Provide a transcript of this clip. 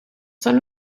son